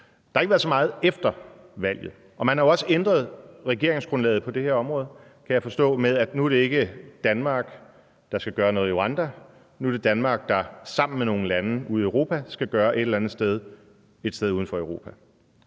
Der har ikke været så meget efter valget. Og man har jo også ændret regeringsgrundlaget på det her område, kan jeg forstå, så det nu ikke er Danmark, der skal gøre noget i Rwanda, men Danmark, der sammen med nogle lande ude i Europa skal gøre noget et sted uden for Europa.